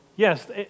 Yes